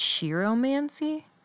chiromancy